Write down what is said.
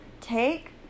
take